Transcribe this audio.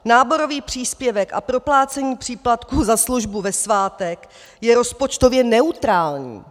Náborový příspěvek a proplácení příplatků za službu ve svátek je rozpočtově neutrální.